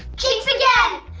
jinx again!